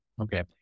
Okay